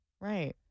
Right